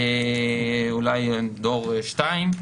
אולי דור 2,